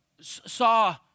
saw